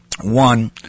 One